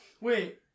Wait